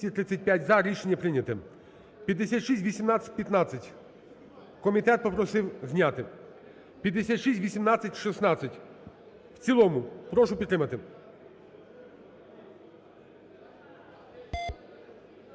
Рішення прийнято. 5618-15 комітет попросив зняти. 5618-16 в цілому, прошу підтримати.